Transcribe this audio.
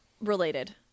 related